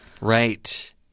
Right